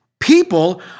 People